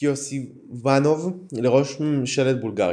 קיוסאיבנוב לראש ממשלת בולגריה.